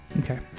Okay